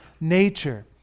nature